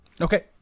Okay